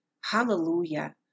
Hallelujah